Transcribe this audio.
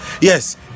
Yes